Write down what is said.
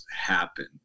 happen